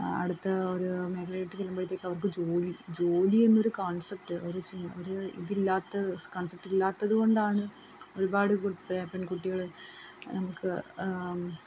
അടുത്ത ഒരു മേഖലയിലോട്ട് ചെല്ലുമ്പോഴത്തേക്ക് അവർക്ക് ജോലി ജോലി എന്നൊരു കോൺസെപ്റ്റ് ഒരു ച് ഒരു ഇതില്ലാത്തെ കോൺസെപ്റ്റ് ഇല്ലാത്തത് കൊണ്ടാണ് ഒരുപാട് കു പെൺകുട്ടികൾ നമുക്ക്